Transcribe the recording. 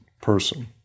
person